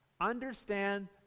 Understand